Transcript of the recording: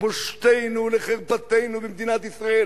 לבושתנו ולחרפתנו, במדינת ישראל.